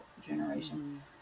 generation